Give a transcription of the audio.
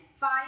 five